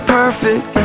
perfect